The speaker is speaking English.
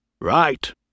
Right